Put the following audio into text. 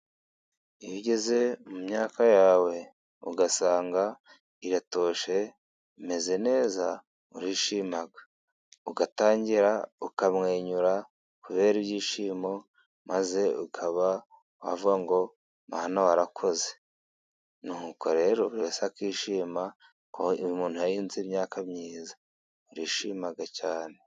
Iyo ugeze mu myaka yawe ugasanga iratoshye imeze neza urishima, ugatangira ukamwenyura kubera ibyishimo, maze ukaba wavuga ngo Mana warakoze. Nuko rero buri wese akishima ko umuntu yahinze imyaka myiza. Urishima cyane.